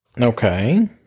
Okay